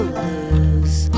lose